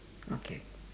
okay